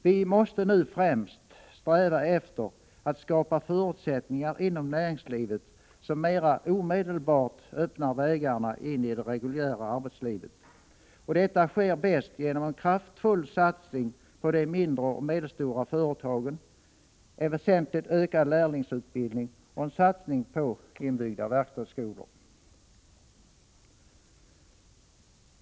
Vi måste nu främst sträva efter att skapa förutsättningar inom näringslivet som mera omedelbart öppnar vägarna in i det reguljära arbetslivet. Detta sker bäst genom en kraftfull satsning på de mindre och medelstora företagen, en väsentligt ökad lärlingsutbildning och en satsning på inbyggda verkstadsskolor.